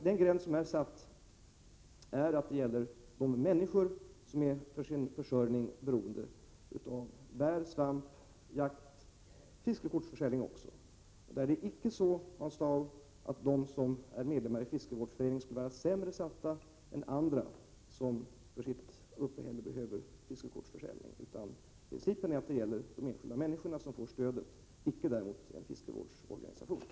Den gräns som är satt innebär att ersättning ges till de människor som för sin försörjning är beroende av plockning av bär och svamp samt jakt eller fiskekortsförsäljning. Det är alltså inte så, Hans Dau, att de som är medlemmar i en fiskevårdsförening skulle vara sämre ställda än andra som för sitt uppehälle behöver fiskekortsförsäljning. Principen är att de enskilda människorna får stödet — däremot inte en fiskevårdsorganisation.